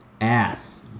ass